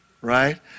Right